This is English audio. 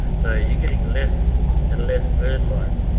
so you're getting less and less birdlife.